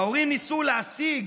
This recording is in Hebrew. ההורים ניסו להשיג